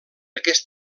aquest